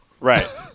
Right